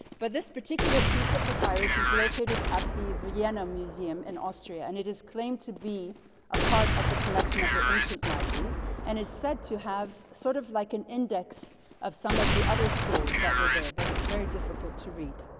but this particular piece of papyrus is located at the vienna museum in and austria. and it is claimed to be a part of the collection of the ancient library and it's said to have sort of like an index of some of the other schools that were there, but it's very difficult to read.